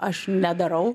aš nedarau